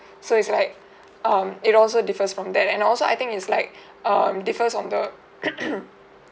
so it's like um it also differs from that and also I think it's like um the differs on the